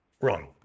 Wrong